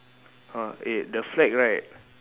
uh eh the flag right